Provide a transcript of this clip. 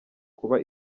kuba